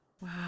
Wow